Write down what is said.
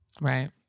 right